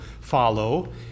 follow